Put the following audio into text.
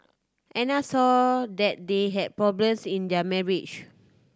Anna saw that they had problems in their marriage